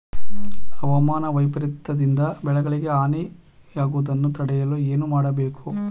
ಹವಾಮಾನ ವೈಪರಿತ್ಯ ದಿಂದ ಬೆಳೆಗಳಿಗೆ ಹಾನಿ ಯಾಗುವುದನ್ನು ತಡೆಯಲು ಏನು ಮಾಡಬೇಕು?